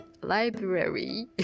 Library